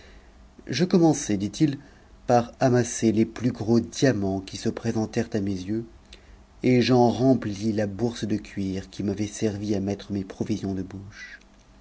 je commençai dit-il par amasser les plus gros diamaats qui se présentèrent à mes yeux et j'en remplis la bourse dp fuir qui m'avait servi à mettre mes provisions de bouche